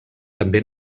també